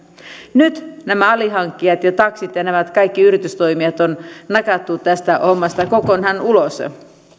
nyt nämä alihankkijat taksit ja nämä kaikki yritystoimijat on nakattu tästä hommasta kokonaan ulos